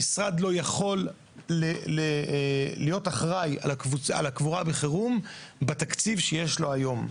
המשרד לא יכול להיות אחראי על הקבורה בחירום בתקציב שיש לו היום.